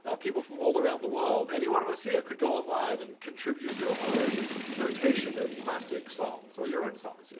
ah people from all around the world. any one of us here could go online and contribute your own notation of classic songs or your own songs.